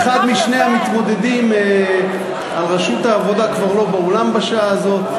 שאחד משני המתמודדים על ראשות העבודה כבר לא באולם בשעה הזאת.